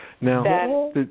Now